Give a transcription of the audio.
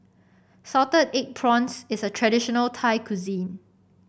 Salted Egg Prawns is a traditional cuisine